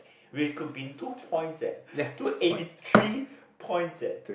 which could be two points eh dude eighty three points eh